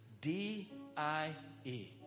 D-I-E